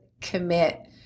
commit